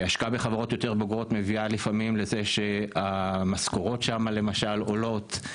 השקעה בחברות יותר בוגרות מביאה לפעמים לזה שהמשכורות שם למשל עולות,